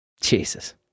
Jesus